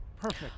perfect